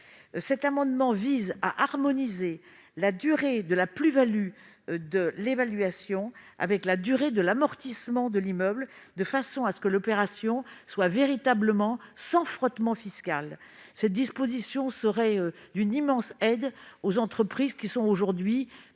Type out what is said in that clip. Cet amendement vise donc à harmoniser la durée de la plus-value de l'évaluation avec la durée de l'amortissement de l'immeuble, de façon que l'opération soit véritablement sans frottement fiscal. Cette disposition serait d'une immense aide pour les entreprises qui sont aujourd'hui